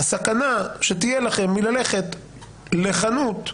הסכנה שתהיה לכם מללכת לחנות,